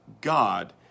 God